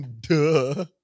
duh